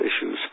issues